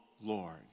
Lord